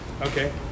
Okay